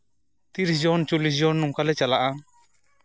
ᱛᱤᱨᱤᱥ ᱡᱚᱱ ᱪᱚᱞᱞᱤᱥ ᱡᱚᱱ ᱱᱚᱝᱠᱟᱞᱮ ᱪᱟᱞᱟᱜᱼᱟ